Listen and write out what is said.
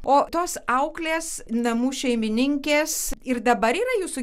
o tos auklės namų šeimininkės ir dabar yra jūsų